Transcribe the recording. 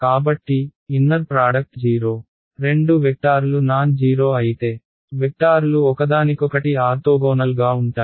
కాబట్టి inner product 0 రెండు వెక్టార్లు నాన్ జీరో అయితే వెక్టార్లు ఒకదానికొకటి ఆర్తోగోనల్గా ఉంటాయి